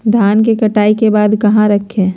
धान के कटाई के बाद कहा रखें?